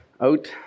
out